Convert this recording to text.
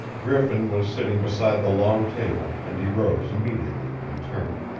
griffin was sitting beside the long table, and he arose immediately and turned.